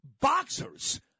boxers